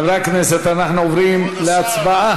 חברי הכנסת, אנחנו עוברים להצבעה.